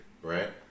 Right